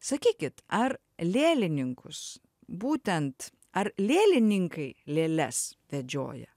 sakykit ar lėlininkus būtent ar lėlininkai lėles vedžioja